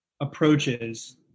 approaches